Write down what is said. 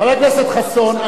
חבר הכנסת חסון,